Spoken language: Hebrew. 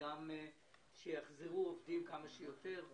שיחזרו כמה שיותר עובדים.